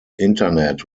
internet